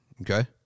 Okay